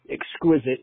exquisite